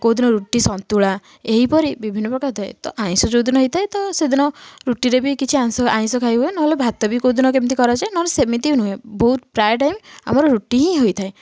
କେଉଁଦିନ ରୁଟି ସନ୍ତୁଳା ଏହିପରି ବିଭିନ୍ନ ପ୍ରକାର ତ ଆଇଁଷ ଯେଉଁଦିନ ହୋଇଥାଏ ତ ସେଦିନ ରୁଟିରେ ବି କିଛି ଆଇଁଷ ଆଇଁଷ ଖାଈ ହୁଏ ନହେଲେ ଭାତ ବି କେଉଁଦିନ କେମିତି କରାଯାଏ ନହେଲେ ସେମିତି ନୁହେଁ ବହୁତ ପ୍ରାୟ ଟାଇମ ଆମର ରୁଟି ହିଁ ହୋଇଥାଏ